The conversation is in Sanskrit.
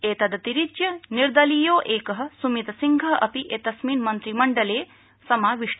उत्रदतिरिच्य निर्दलीयो कि सुमित सिंह अपि उत्रस्मिन् मन्त्रिमण्डले समाविष्ट